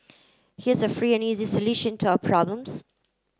here's a free and easy solution to your problems